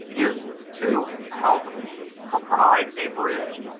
is to help provide a bridge.